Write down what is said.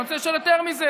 אני רוצה לשאול יותר מזה: